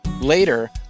Later